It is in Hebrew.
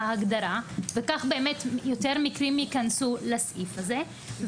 ההגדרה, וכך באמת יותר מקרים ייכנסו לסעיף הזה.